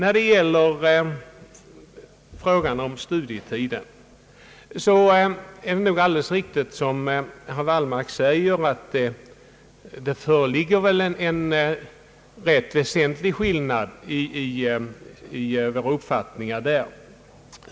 I fråga om studietiden är det riktigt som herr Wallmark säger, att våra uppfattningar går väsentligt isär.